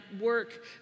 work